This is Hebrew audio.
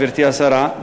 גברתי השרה,